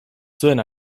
zuen